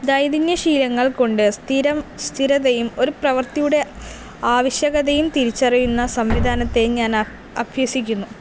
ദൈദന്യ ശീലങ്ങൾ കൊണ്ട് സ്ഥിരം സ്ഥിരതയും ഒരു പ്രവർത്തിയുടെ ആവശ്യകതയും തിരിച്ചറിയുന്ന സംവിധാനത്തെയും ഞാൻ അഭ്യസിക്കുന്നു